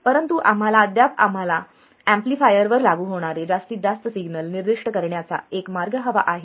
परंतु आम्हाला अद्याप आम्हाला एम्पलीफायर वर लागू होणारे जास्तीत जास्त सिग्नल निर्दिष्ट करण्याचा एक मार्ग हवा आहे